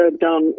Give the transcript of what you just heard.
down